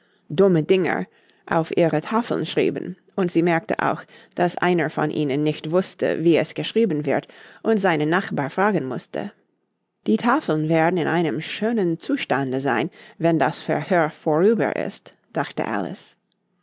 dumme dinger auf ihre tafeln schrieben und sie merkte auch daß einer von ihnen nicht wußte wie es geschrieben wird und seinen nachbar fragen mußte die tafeln werden in einem schönen zustande sein wenn das verhör vorüber ist dachte alice